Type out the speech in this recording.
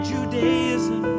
Judaism